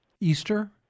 Easter